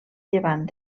llevant